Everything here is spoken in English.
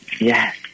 Yes